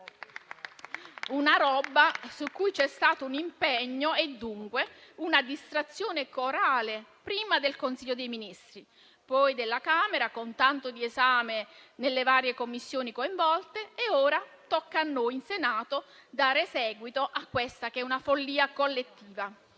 una roba su cui ci sono stati un impegno e dunque una distrazione corali, prima del Consiglio dei ministri, poi della Camera, con tanto di esame nelle varie Commissioni coinvolte e ora tocca a noi in Senato dare seguito a questa follia collettiva.